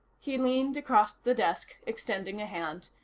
he leaned across the desk, extending a hand.